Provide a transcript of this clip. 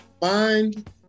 Find